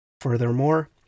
Furthermore